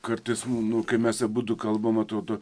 kartais mum nu kai mes abudu kalbam atrodo